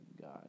God